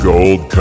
Gold